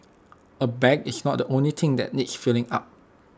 A bag is not the only thing that needs filling up